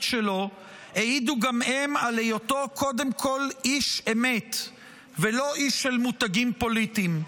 שלו העידו גם הם על היותו קודם כול איש אמת ולא איש של מותגים פוליטיים.